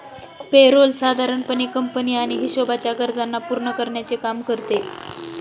पे role साधारण पणे company आणि हिशोबाच्या गरजांना पूर्ण करण्याचे काम करते